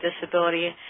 Disability